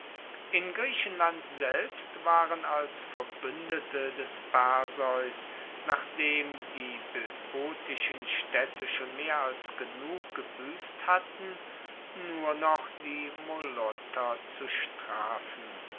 in griechenland selbst waren als verbuendete des perseus nachdem die boeotischen staedte schon mehr als genug gebuesst hatten nur noch die molotter zu strafen